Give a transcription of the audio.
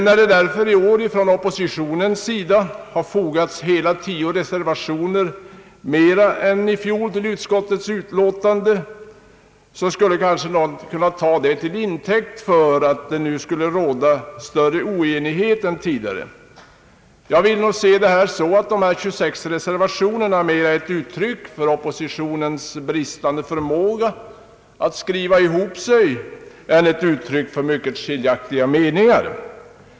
När det därför från oppositionens sida i år har fogats hela 10 reservationer mera än i fjol till utskottets utlåtande, skulle kanske någon kunna ta detta till intäkt för att det nu skulle råda större oenighet än tidigare. Jag vill emellertid se detta så att de 26 reservationerna mera är ett uttryck för oppositionens bristande förmåga att skriva ihop sina uppfattningar än ett uttryck för mycket skiljaktiga meningar.